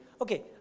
Okay